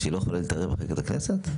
שהוא לא יכול להתערב בחקיקת הכנסת?